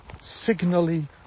signally